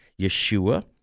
Yeshua